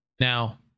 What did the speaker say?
Now